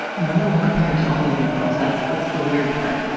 normal compared to all the other girls. that's that's the weird part.